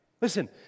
Listen